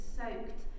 soaked